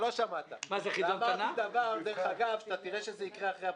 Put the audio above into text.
דרך אגב, תראה שזה יקרה אחרי הבחירות.